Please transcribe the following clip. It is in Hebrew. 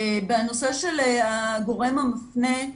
בנושא של הגורם המפנה,